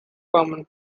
common